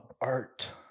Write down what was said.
art